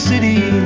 city